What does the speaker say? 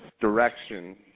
direction